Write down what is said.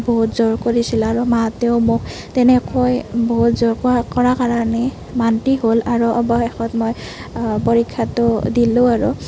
বহুত জোৰ কৰিছিল আৰু মাহঁতেও মোক তেনেকৈ বহুত জোৰ ক কৰা কাৰণে মান্তি হ'ল আৰু অৱশেষত মই পৰীক্ষাটো দিলোঁ আৰু